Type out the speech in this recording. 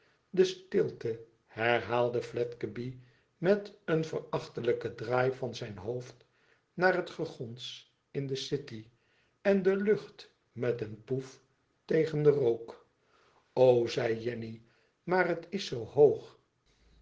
de stilte herhaalde fledgeby met een verachtelijken draai van zijn hoofd naar het gegons in de city en de lucht met een vpoeff tegen den rook o zei jenny maar het is zoo hoog